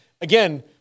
again